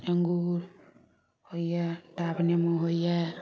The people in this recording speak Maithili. अङ्गूर होइए टाब नेबो होइए